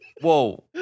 Whoa